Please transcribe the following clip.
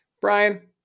Brian